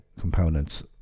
components